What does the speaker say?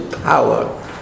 Power